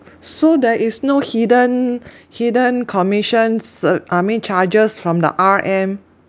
so there is no hidden hidden commissions uh I mean charges from the R_M